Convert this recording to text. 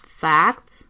facts